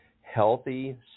healthy